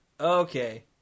okay